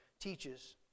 teaches